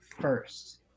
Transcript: first